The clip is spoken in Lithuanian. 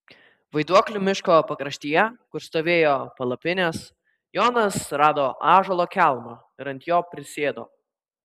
vaiduoklių miško pakraštyje kur stovėjo palapinės jonas rado ąžuolo kelmą ir ant jo prisėdo